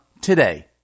today